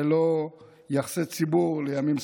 ולא יחסי ציבור לימים ספורים.